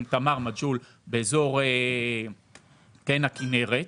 למשל באזור הכנרת,